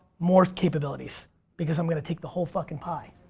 more capabilities because i'm gonna take the whole fucking pie.